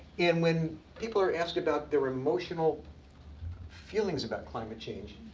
and when people are asked about their emotional feelings about climate change.